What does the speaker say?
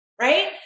right